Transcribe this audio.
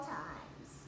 times